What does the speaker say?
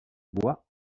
bois